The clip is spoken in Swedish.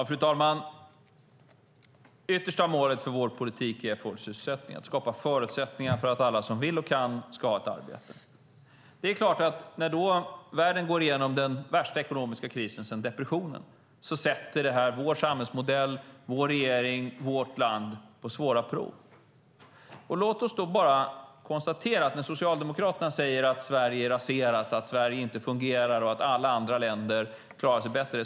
Fru talman! Det yttersta målet för vår politik är full sysselsättning, att skapa förutsättningar för att alla som vill och kan ska ha ett arbete. När världen går igenom den värsta ekonomiska krisen sedan depressionen sätter det vår samhällsmodell, vår regering och vårt land på svåra prov. Socialdemokraterna säger att Sverige är raserat, att Sverige inte fungerar och att alla andra länder klarar sig bättre.